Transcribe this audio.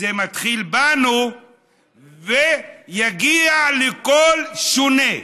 זה מתחיל בנו ויגיע לכל שונה.